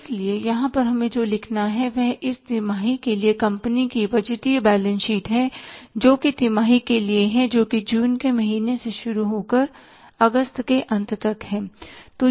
इसलिए यहाँ पर हमें जो लिखना है वह इस तिमाही के लिए कंपनी की बजटीय बैलेंस शीट है जो कि तिमाही के लिए है जो जून के महीने से शुरू होकर अगस्त के अंत तक है